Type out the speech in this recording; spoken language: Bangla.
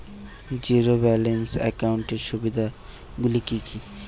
জীরো ব্যালান্স একাউন্টের সুবিধা গুলি কি কি?